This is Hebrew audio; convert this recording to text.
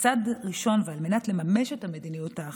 כצעד ראשון, ועל מנת לממש את המדיניות האחראית,